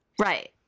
Right